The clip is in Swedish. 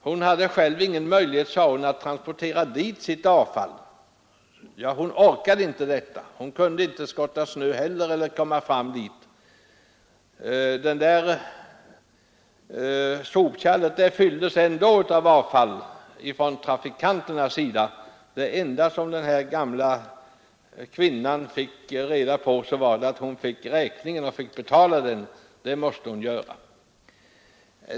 Hon hade själv ingen möjlighet, sade hon, att transportera dit sitt avfall. Hon orkade inte bära det, och hon kunde inte skotta snö heller. Men sopkärlet fylldes ändå med avfall — av trafikanterna. Det enda som den här gamla kvinnan fick reda på var att hon måste betala räkningen.